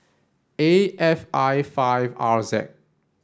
A F I five R Z